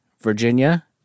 Virginia